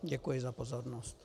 Děkuji za pozornost.